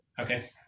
Okay